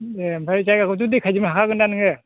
दे ओमफ्राय जायगाखौथ' देखायजोबनो हाखागोन ना नोङो